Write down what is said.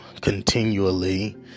continually